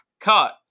cut